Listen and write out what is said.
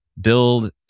build